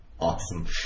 Awesome